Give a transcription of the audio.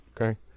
Okay